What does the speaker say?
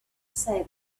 say